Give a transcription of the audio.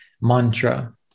mantra